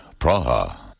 Praha